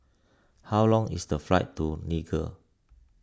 how long is the flight to Niger